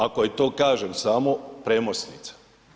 Ako je to kažem, samo premosnica.